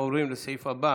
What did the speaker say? אנחנו עוברים לסעיף הבא